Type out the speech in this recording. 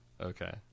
okay